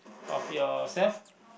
of yourself